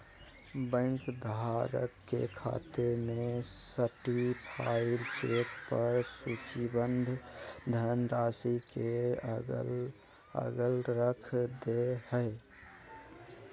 bank धारक के खाते में सर्टीफाइड चेक पर सूचीबद्ध धनराशि के अलग रख दे हइ